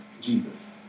Jesus